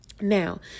Now